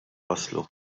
waslu